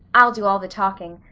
i'll do all the talking.